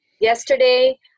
Yesterday